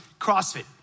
CrossFit